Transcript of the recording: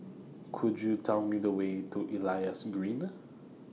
Could YOU Tell Me The Way to Elias Green